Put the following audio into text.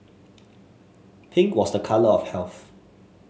pink was a colour of health